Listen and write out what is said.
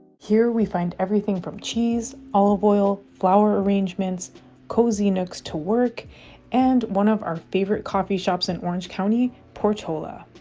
here we find everything from cheese olive oil flower arrangements cozy nooks to work and one of our favorite coffee shops in orange county portola